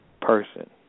person